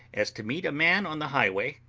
as to meet a man on the highway,